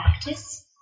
practice